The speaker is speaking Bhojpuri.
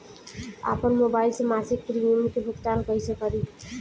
आपन मोबाइल से मसिक प्रिमियम के भुगतान कइसे करि?